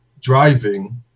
driving